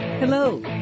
Hello